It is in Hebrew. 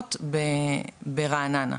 רחובות ברעננה,